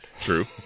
True